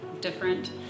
different